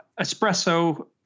espresso